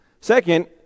Second